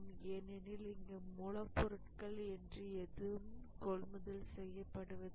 ஏனெனில் இங்கு மூலப்பொருள் என்று எதுவும் கொள்முதல் செய்யப்படுவதில்லை